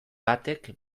batek